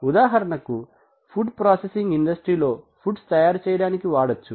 ఉదాహరణకు food processing ఇండస్ట్రీలో foods తయారుచేయడానికి వాడొచ్చు